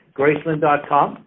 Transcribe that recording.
graceland.com